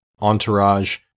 Entourage